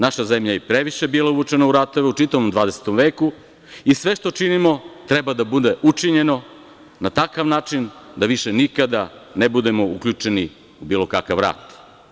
Naša zemlja je i previše bila uvučena u ratove u čitavom 20. veku i sve što činimo treba da bude učinjeno na takav način da više nikada ne budemo uključeni u bilo kakav rat.